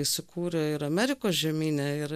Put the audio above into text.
įsikūrę ir amerikos žemyne ir